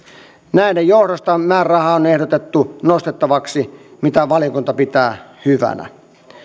näiden johdosta määrärahaa on ehdotettu nostettavaksi mitä valiokunta pitää hyvänä